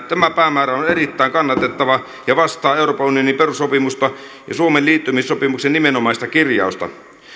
tämä päämäärä on erittäin kannatettava ja vastaa euroopan unionin perussopimusta ja suomen liittymissopimuksen nimenomaista kirjausta